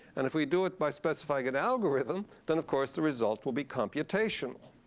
and if we do it by specifying an algorithm, then, of course, the result will be computational.